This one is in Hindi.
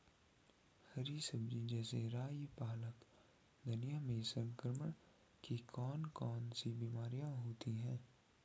हरी सब्जी जैसे राई पालक धनिया में संक्रमण की कौन कौन सी बीमारियां होती हैं?